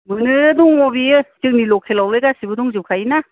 मोनो दङ बियो जोंनि लखेलावलाय गासिबो दंजोबखायोना